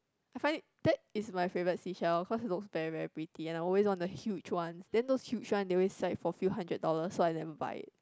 I find it that is my favourite seashell because it looks very very pretty and I always want a huge ones then those huge one they always sell it for few hundred dollars so I never buy it